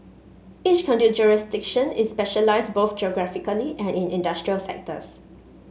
each conduit jurisdiction is specialised both geographically and in industrial sectors